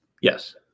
Yes